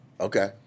Okay